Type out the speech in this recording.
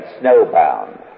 snowbound